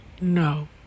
no